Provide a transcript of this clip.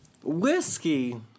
Whiskey